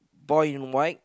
boy in white